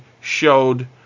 showed